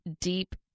deep